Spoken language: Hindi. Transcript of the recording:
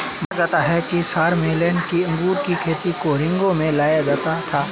माना जाता है कि शारलेमेन ने अंगूर की खेती को रिंगौ में लाया था